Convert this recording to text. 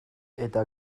eta